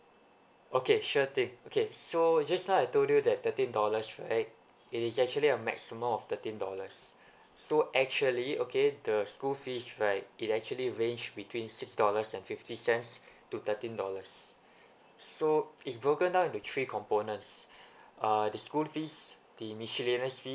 okay sure thing okay so just now I told you that thirteen dollars right it is actually a maximum of thirteen dollars so actually okay the school fees right it actually range between six dollars and fifty cents to thirteen dollars so it's broken down the three components uh the school fees the miscellaneous fees